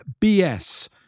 BS